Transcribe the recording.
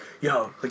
yo